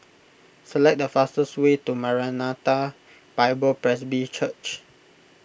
select the fastest way to Maranatha Bible Presby Church